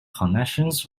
connections